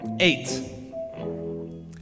Eight